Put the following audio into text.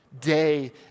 day